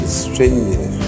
stranger